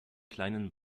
kleinen